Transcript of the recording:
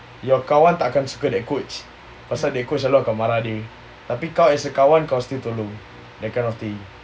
your kawan takkan eh coach pasal they coach kau marah dia tapi kau as a kawan kau still tolong that kind of thing